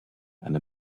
and